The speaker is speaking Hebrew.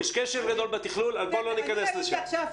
יש כשל גדול בתכלול, אז בוא לא ניכנס לזה.